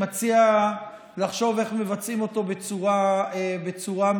ומציע לחשוב איך מבצעים אותו בצורה מדורגת.